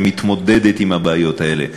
שמתמודדת עם הבעיות האלה?